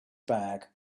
bag